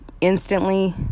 instantly